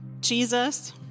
Jesus